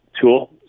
tool